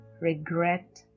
regret